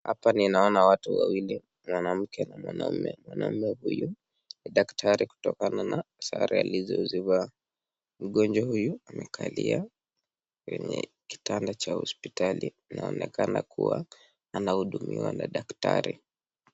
Hapa ninaona watu wawili, mwanamke na mwanaume. Mwanaume huyu ni daktari kutokana na sare alizozivaa. Mgonjwa huyu amekalia kwenye kitanda cha hospitali. Inaonekana kua anahudumiwa na daktari.